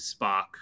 Spock